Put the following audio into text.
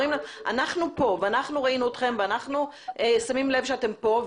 אומרים להם: אנחנו פה ואנחנו רואים אתכם ואנחנו שמים לב שאתם פה,